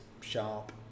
sharp